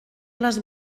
les